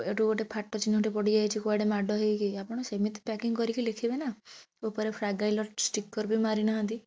ଏଇଠୁ ଫାଟ ଚିହ୍ନଟିଏ ପଡ଼ିଯାଇଛି କୁଆଡେ ମାଡ଼ ହେଇକି ଆପଣ ସେମିତି ପ୍ୟାକିଂ କରିକି ଲେଖିବେ ନା ଉପରେ ଫ୍ରାଗାଇଲ୍ ଷ୍ଟିକର୍ ବି ମାରିନାହାଁନ୍ତି